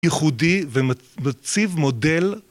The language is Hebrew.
ייחודי ומציב מודל